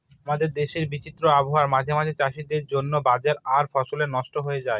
আমাদের দেশের বিচিত্র আবহাওয়া মাঝে মাঝে চাষীদের জন্য বাজে আর ফসলও নস্ট হয়ে যায়